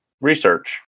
research